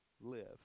live